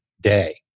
day